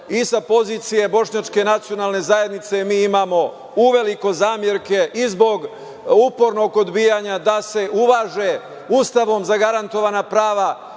i sa pozicije Bošnjačke nacionalne zajednice mi imamo uveliko zamerke i zbog upornog odbijanja da se uvaže Ustavom zagarantovana prava